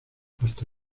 hasta